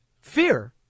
Fear